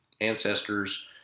ancestors